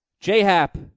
J-Hap